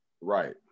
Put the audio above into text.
Right